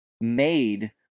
made